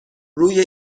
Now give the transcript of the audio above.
روی